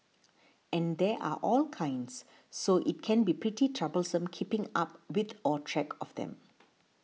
and there are all kinds so it can be pretty troublesome keeping up with or track of them